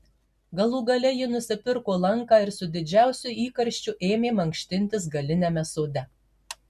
galų gale ji nusipirko lanką ir su didžiausiu įkarščiu ėmė mankštintis galiniame sode